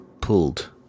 pulled